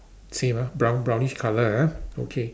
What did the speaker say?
same ah brown brownish colour ah okay